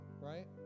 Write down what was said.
right